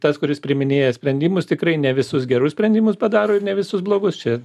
tas kuris priiminėja sprendimus tikrai ne visus gerus sprendimus padaro ir ne visus blogus čia